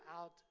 out